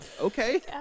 Okay